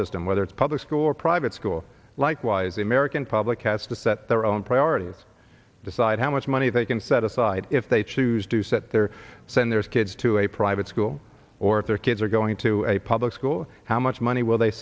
system whether it's public school or private school likewise the american public has to set their own priorities decide how much money they can set aside if they choose to set their or send their kids to a private school or if their kids are going to a public school how much money will they